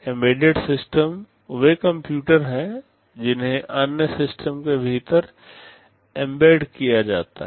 embedded system वे computer हैं जिन्हें अन्य सिस्टम के भीतर एम्बेड किया जाता है